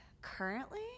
Currently